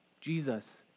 Jesus